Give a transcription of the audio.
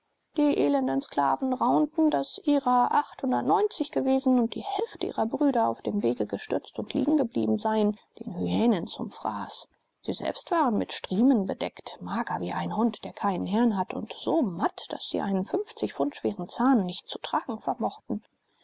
die elenden sklaven raunten daß ihrer gewesen und die hälfte ihrer brüder auf dem wege gestürzt und liegen geblieben sei den hyänen zum fraß sie selbst waren mit striemen bedeckt mager wie ein hund der keinen herrn hat und so matt daß sie einen pfund schweren zahn nicht zu tragen vermochten